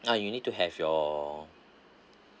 ah you need to have your